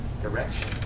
direction